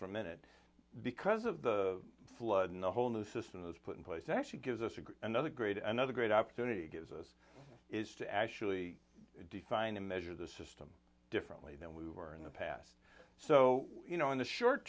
for minute because of the flood and the whole new system was put in place actually gives us a good another great another great opportunity gives us is to actually define and measure the system differently than we were in the past so you know in the short